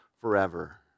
forever